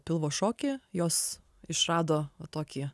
pilvo šokį jos išrado tokį